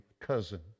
cousin